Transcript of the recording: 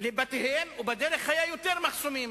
לבתיהם ובדרך היו יותר מחסומים.